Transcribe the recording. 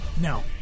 No